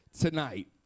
tonight